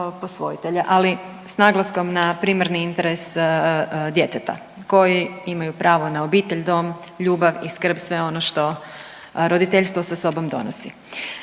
ali s naglaskom na primarni interes djeteta koji imaju pravo na obitelj, dom, ljubav i skrb sve ono što roditeljstvo sa sobom donosi.